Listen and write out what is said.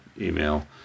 email